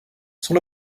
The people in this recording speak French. son